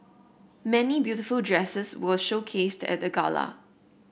many beautiful dresses were showcased at the gala